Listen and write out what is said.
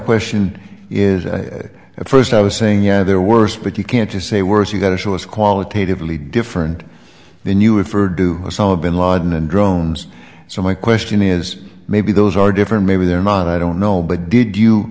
question is at first i was saying yeah they're worse but you can't just say worse you've got to show us qualitatively different than you referred to as all of bin laden and drones so my question is maybe those are different maybe they're not i don't know but did you